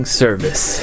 service